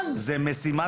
זו משימת